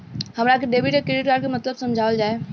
हमरा के डेबिट या क्रेडिट कार्ड के मतलब समझावल जाय?